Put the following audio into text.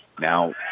Now